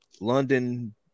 London